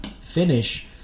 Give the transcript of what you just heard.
finish